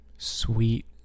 Sweet